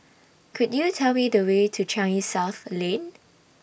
Could YOU Tell Me The Way to Changi South Lane